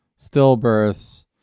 stillbirths